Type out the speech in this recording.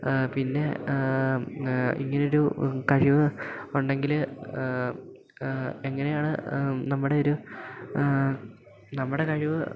പിന്നെ ഇങ്ങനൊരു കഴിവ് ഉണ്ടെങ്കിൽ എങ്ങനെയാണ് നമ്മുടെ ഒരു നമ്മുടെ കഴിവ്